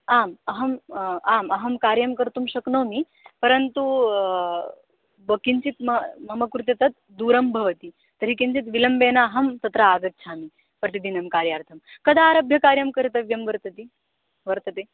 आम् अहम् आम् अहं कार्यं कर्तुं शक्नोमि परन्तु वा किञ्चित् मम मम कृते तत् दूरं भवति तर्हि किञ्चित् विलम्बेन अहं तत्र आगच्छामि प्रतिदिनं कार्यार्थं कदारभ्य कार्यं कर्तव्यं वर्तते वर्तते